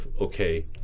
okay